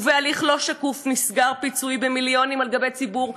ובהליך לא שקוף נסגר פיצוי במיליונים על חשבון ציבור.